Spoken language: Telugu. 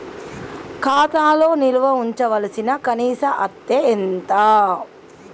ఖాతా లో నిల్వుంచవలసిన కనీస అత్తే ఎంత?